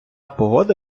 погода